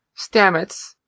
Stamets